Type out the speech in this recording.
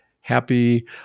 happy